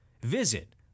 Visit